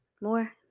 more